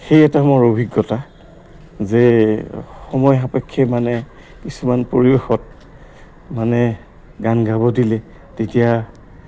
সেই এটা মোৰ অভিজ্ঞতা যে সময় সাপেক্ষে মানে কিছুমান পৰিবেশত মানে গান গাব দিলে তেতিয়া